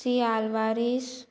C Alvares